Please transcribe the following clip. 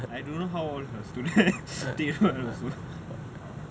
I don't know how all her student take her also